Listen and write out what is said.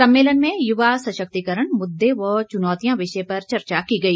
सम्मेलन में युवा सशक्तिकरण मुददे व चुनौतियां विषय पर चर्चा की गई